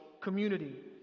community